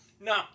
No